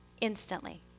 Instantly